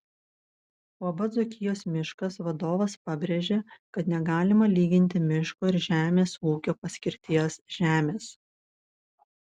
uab dzūkijos miškas vadovas pabrėžė kad negalima lyginti miško ir žemės ūkio paskirties žemės